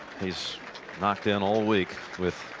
he's knocked in all week with.